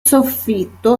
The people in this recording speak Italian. soffitto